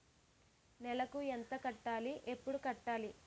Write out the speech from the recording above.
నెలకు ఎంత కట్టాలి? ఎప్పుడు కట్టాలి?